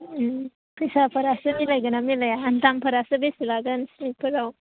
फैसाफोरासो मिलायगोन ना मिलाया दामफोरासो बेसे बेसे लागोन सिमेन्टफोराव